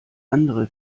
andere